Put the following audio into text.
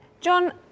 John